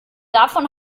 davon